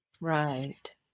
Right